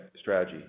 strategy